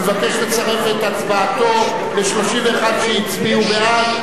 הוא מבקש לצרף את הצבעתו ל-31 שהצביעו בעד.